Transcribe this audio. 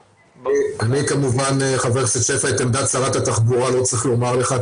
אני חושב שאת עמדת שרת התחבורה לא צריך לומר לך,